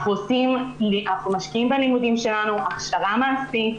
אנחנו משקיעים בלימודים שלנו, בהכשרה מעשית,